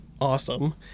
awesome